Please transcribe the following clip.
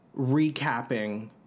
recapping